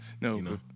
No